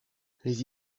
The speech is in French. les